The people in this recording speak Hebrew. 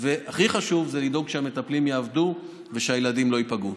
הכי חשוב זה לדאוג שהמטפלים יעבדו ושהילדים לא ייפגעו.